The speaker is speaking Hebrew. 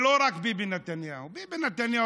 בבקשה, אדוני,